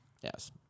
Yes